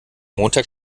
montag